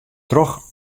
troch